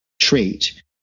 trait